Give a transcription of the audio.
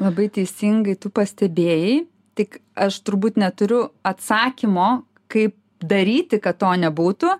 labai teisingai tu pastebėjai tik aš turbūt neturiu atsakymo kaip daryti kad to nebūtų